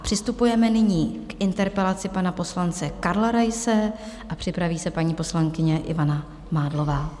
Přistupujeme nyní k interpelaci pana poslance Karla Raise a připraví se paní poslankyně Ivana Mádlová.